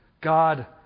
God